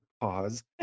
pause